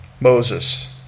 Moses